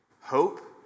hope